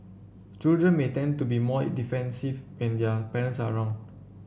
children may tend to be more defensive when their parents are around